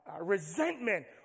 Resentment